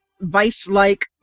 vice-like